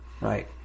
right